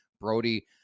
Brody